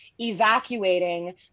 Evacuating